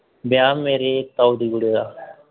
ब्याह् मेरी ताऊ दी कुड़ी दा